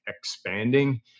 expanding